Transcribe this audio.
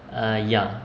ah ya